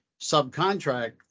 subcontract